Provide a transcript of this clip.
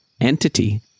entity